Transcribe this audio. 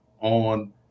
on